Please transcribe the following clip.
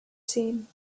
seen